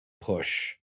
push